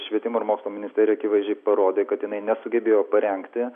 švietimo ir mokslo ministerija akivaizdžiai parodė kad jinai nesugebėjo parengti